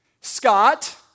Scott